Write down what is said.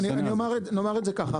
נאמר את זה ככה.